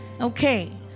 Okay